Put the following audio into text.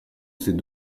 ces